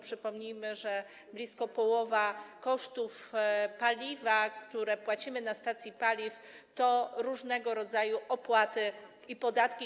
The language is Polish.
Przypomnijmy, że blisko połowa kosztów paliwa, za które płacimy na stacji paliw, to różnego rodzaju opłaty i podatki.